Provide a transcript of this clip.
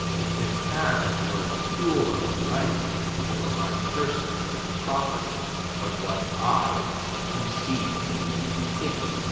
it can have no pure right over my person and property but what i concede to it.